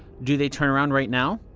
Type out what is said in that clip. do they turn around right now?